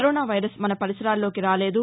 corona virus మన పరిసరాల్లోకి రాలేదు